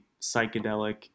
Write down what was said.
psychedelic